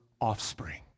offspring